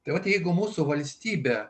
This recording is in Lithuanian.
tad jeigu mūsų valstybė